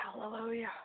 Hallelujah